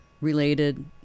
related